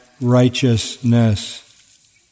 righteousness